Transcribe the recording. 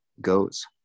goes